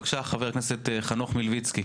בבקשה, חבר הכנסת חנוך מלביצקי.